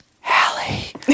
Hallie